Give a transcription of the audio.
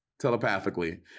telepathically